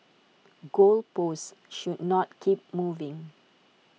goal posts should not keep moving